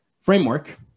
framework